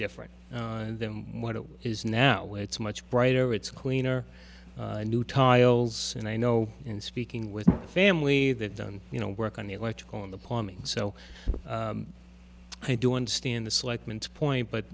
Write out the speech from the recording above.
different than what it is now it's much brighter it's cleaner and new tiles and i know in speaking with family that done you know work on the electrical and the plumbing so i do understand the selectmen to point but